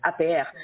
APR